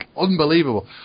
unbelievable